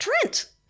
Trent